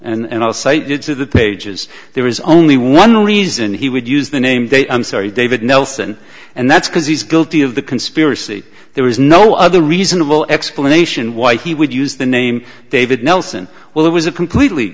all and all cited to the pages there is only one reason he would use the name date i'm sorry david nelson and that's because he's guilty of the conspiracy there is no other reasonable explanation why he would use the name david nelson well that was a completely